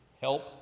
help